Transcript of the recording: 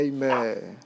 Amen